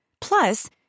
Plus